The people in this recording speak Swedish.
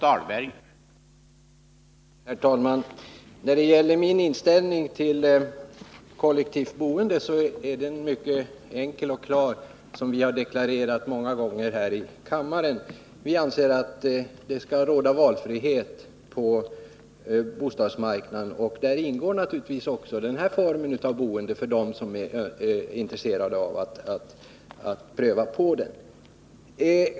Herr talman! Min inställning till kollektivt boende är mycket enkel och klar. Den har jag deklarerat många gånger här i kammaren. Vi inom moderata samlingspartiet anser att det skall råda valfrihet på bostadsmarknaden och då ingår naturligtvis också tillgång till den här formen av boende för dem som är intresserade av att pröva det.